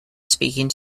speaking